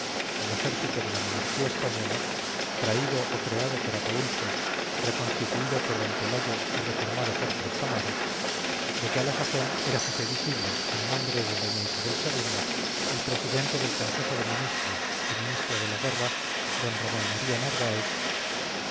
paisanos que al expirar lanzaban el hasta entonces extranjero grito de viva la república el ejército de la monarquía española traído o creado por ataulfo reconstituido por d pelayo y reformado por trastamara de que a la sazón era jefe visible en nombre de doña isabel ii el presidente del consejo de ministros y ministro de la guerra d ramón maría narváez